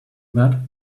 that